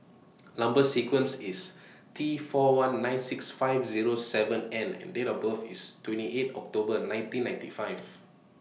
Number sequence IS T four one nine six five Zero seven N and Date of birth IS twenty eight October nineteen ninety five